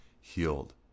healed